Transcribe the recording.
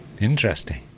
Interesting